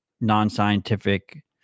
non-scientific